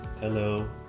Hello